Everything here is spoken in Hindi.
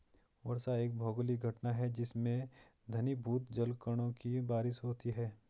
वर्षा एक भौगोलिक घटना है जिसमें घनीभूत जलकणों की बारिश होती है